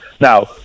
Now